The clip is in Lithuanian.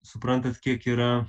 suprantat kiek yra